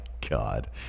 God